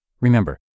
Remember